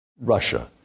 Russia